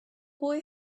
boy